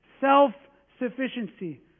Self-sufficiency